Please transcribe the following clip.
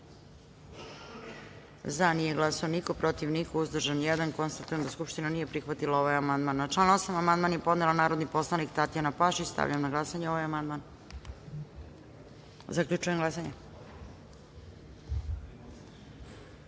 glasanje: za – niko, protiv – niko, uzdržan – jedan. Konstatujem da Skupština nije prihvatila ovaj amandman. Na član 8. amandman je podnela narodi poslanik Tatjana Pašić. Stavljam na glasanje ovaj amandman. Zaključujem glasanje: